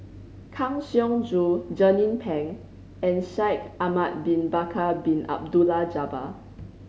Kang Siong Joo Jernnine Pang and Shaikh Ahmad Bin Bakar Bin Abdullah Jabbar